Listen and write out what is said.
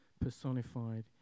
personified